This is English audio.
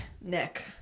Nick